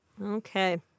Okay